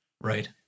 Right